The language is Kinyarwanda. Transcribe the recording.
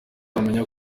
wamenya